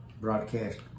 broadcast